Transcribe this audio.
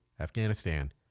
Afghanistan